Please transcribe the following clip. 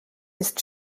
ist